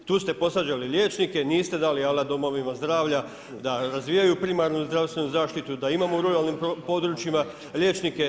Tu ste posvađali liječnike, niste dali alat domovima zdravlja da razvijaju primarnu zdravstvenu zaštitu, da imamo u ruralnim područjima liječnike.